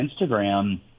Instagram